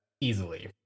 Easily